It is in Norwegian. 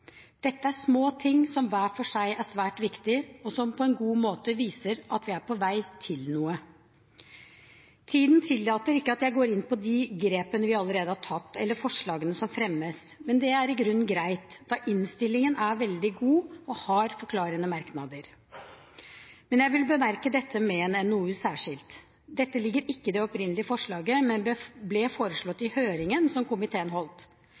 Dette er små ting som hver for seg er svært viktige, og som på en god måte viser at vi er på vei til noe. Tiden tillater ikke at jeg går inn på de grepene vi allerede har tatt, eller forslagene som fremmes, men det er i grunnen greit, da innstillingen er veldig god og har forklarende merknader. Men jeg vil bemerke dette med en NOU særskilt. Dette ligger ikke i det opprinnelige forslaget, men ble foreslått i høringen som komiteen holdt.